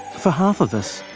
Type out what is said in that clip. for half of us,